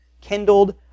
kindled